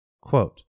Quote